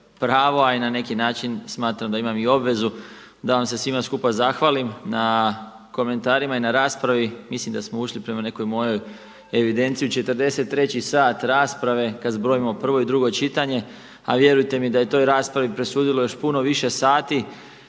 a i na neki način smatram da imam i obvezu da vam se svima skupa zahvalim na komentarima i na raspravi. Mislim da smo ušli prema nekoj mojoj evidenciji u 43. sat rasprave kad zbrojimo prvo i drugo čitanje, a vjerujte mi da je toj raspravi presudilo još puno više sati